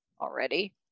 already